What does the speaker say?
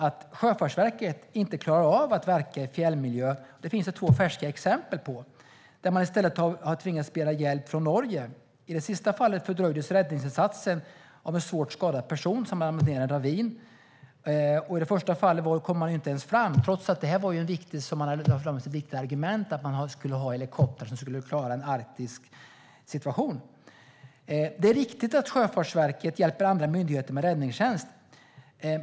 Att Sjöfartsverket inte klarar av att verka i fjällmiljö finns det två färska exempel på. I stället har man tvingats begära hjälp från Norge. I det sista fallet fördröjdes räddningsinsatsen för en svårt skadad person som hade ramlat ned i en ravin, och i det första fallet kom man inte ens fram, trots att Sjöfartsverket som ett viktigt argument hade framhållit att man skulle ha helikoptrar som skulle klara en arktisk situation. Det är riktigt att Sjöfartsverket har hjälpt andra myndigheter med räddningstjänst.